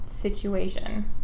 situation